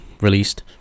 released